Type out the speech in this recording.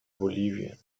bolivien